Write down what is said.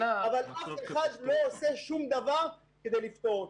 אבל אף אחד לא עושה שום דבר כדי לפתור אותם.